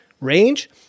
range